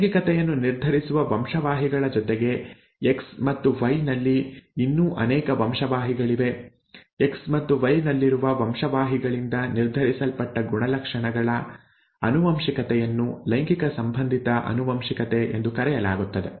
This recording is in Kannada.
ಲೈಂಗಿಕತೆಯನ್ನು ನಿರ್ಧರಿಸುವ ವಂಶವಾಹಿಗಳ ಜೊತೆಗೆ ಎಕ್ಸ್ ಮತ್ತು ವೈ ನಲ್ಲಿ ಇನ್ನೂ ಅನೇಕ ವಂಶವಾಹಿಗಳಿವೆ ಎಕ್ಸ್ ಮತ್ತು ವೈ ನಲ್ಲಿರುವ ವಂಶವಾಹಿಗಳಿಂದ ನಿರ್ಧರಿಸಲ್ಪಟ್ಟ ಗುಣಲಕ್ಷಣಗಳ ಆನುವಂಶಿಕತೆಯನ್ನು ಲೈಂಗಿಕ ಸಂಬಂಧಿತ ಆನುವಂಶಿಕತೆ ಎಂದು ಕರೆಯಲಾಗುತ್ತದೆ